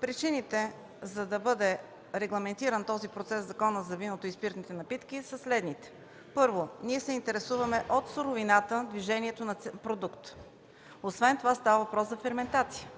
Причините, за да бъде регламентиран този процес в Закона за виното и спиртните напитки, са следните: Първо, ние се интересуваме от суровината, движението на продукта. Освен това става въпрос за ферментация